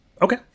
Okay